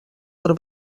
per